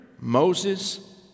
Moses